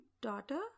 daughter